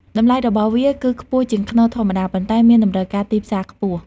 តម្លៃរបស់វាគឺខ្ពស់ជាងខ្នុរធម្មតា ប៉ុន្តែមានតម្រូវការទីផ្សារខ្ពស់។